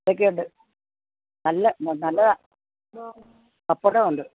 അതൊക്കെ ഉണ്ട് നല്ല നല്ലതാണ് പപ്പടവും ഉണ്ട്